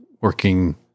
working